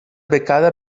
becada